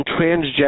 transgender